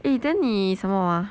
eh then 你什么 ah